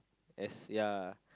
as ya